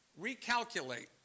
recalculate